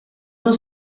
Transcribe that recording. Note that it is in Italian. non